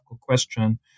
question